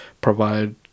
provide